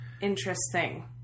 Interesting